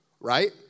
Right